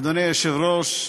אדוני היושב-ראש,